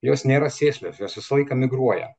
jos nėra sėslios jos visą laiką migruoja